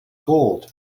gold